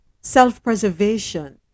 self-preservation